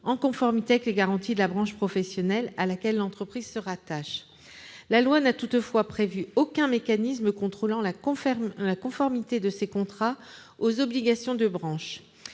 en conformité avec les garanties de la branche professionnelle à laquelle l'entreprise se rattache. La loi n'a toutefois prévu aucun mécanisme de contrôle de la conformité de ces contrats aux obligations posées